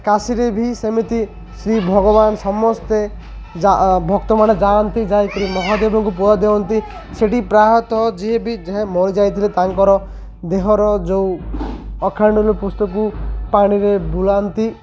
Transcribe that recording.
କାଶୀରେ ବି ସେମିତି ଶ୍ରୀ ଭଗବାନ ସମସ୍ତେ ଯା ଭକ୍ତମାନେ ଯାଆନ୍ତି ଯାଇକି ମହାଦେବଙ୍କୁ ପୁଅ ଦିଅନ୍ତି ସେଠି ପ୍ରାୟତଃ ଯିଏ ବି ଯାହା ମରିଯାଇଥିଲେ ତାଙ୍କର ଦେହର ଯେଉଁ ଅଖାଣ୍ଡୁଲି ପୁସ୍ତକୁ ପାଣିରେ ବୁଲାନ୍ତି